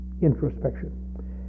introspection